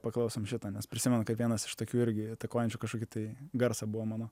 paklausom šito nes prisimenu kaip vienas iš tokių irgi įtakojančių kažkokį tai garsą buvo mano